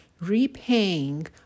repaying